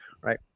Right